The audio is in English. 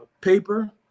paper